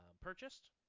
purchased